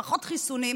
פחות חיסונים,